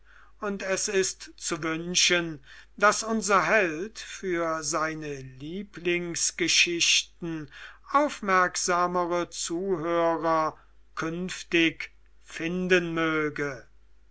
und es ist zu wünschen daß unser held für seine lieblingsgeschichten aufmerksamere zuhörer künftig finden möge